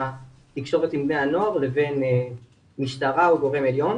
התקשורת עם בני הנוער לבין משטרה או גורם עליון.